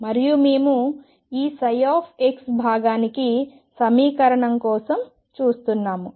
మరియు మేము ఈ x భాగానికి సమీకరణం కోసం చూస్తున్నాము